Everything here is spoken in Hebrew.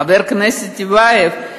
חבר הכנסת טיבייב,